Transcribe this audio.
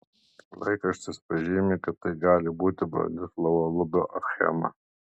laikraštis pažymi kad tai gali būti bronislovo lubio achema